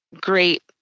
great